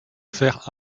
faire